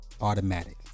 Automatic